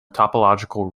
topological